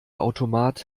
automat